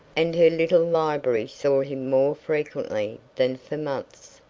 and her little library saw him more frequently than for months.